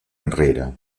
enrere